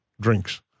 Drinks